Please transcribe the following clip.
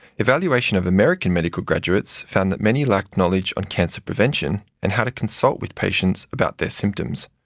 evaluation of american medical graduates found that many lacked knowledge on cancer prevention and how to consult with patients about their symptoms,